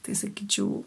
tai sakyčiau